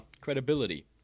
credibility